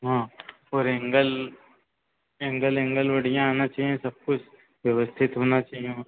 हाँ और angle angle angle बढ़िया होना चाहिए सब कुछ व्यवस्थित होना चाहिए और